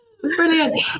Brilliant